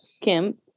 kim